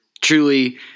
truly